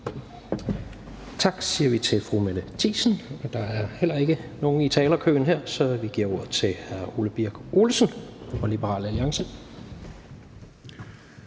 Tak siger vi til fru Mette Thiesen, og der er heller ikke nogen i talerkøen her. Så vi giver ordet til hr. Ole Birk Olesen fra Liberal Alliance.